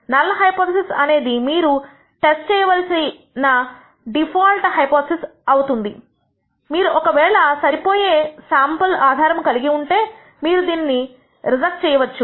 null hypothesis అనేది మీరు test చేయవలసిన డిఫాల్ట్ హైపోథిసిస్ అవుతుందిమీరు ఒక వేళ సరిపోయే శాంపుల్ ఆధారము కలిగి ఉంటే మీరు దీనిని రిజెక్ట్ చేయవచ్చు